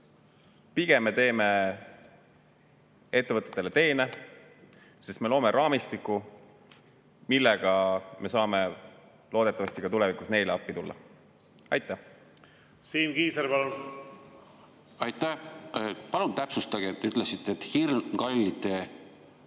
pigem me teeme ettevõtetele teene, sest me loome raamistiku, millega me saame loodetavasti tulevikus ka neile appi minna. Siim Kiisler, palun! Aitäh! Palun täpsustage. Te ütlesite, et hirmkallite